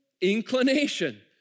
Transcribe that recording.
inclination